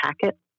packet